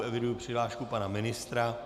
Eviduji přihlášku pana ministra.